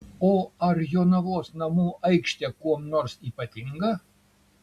o ar jonavos namų aikštė kuom nors ypatinga